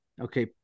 Okay